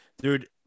Dude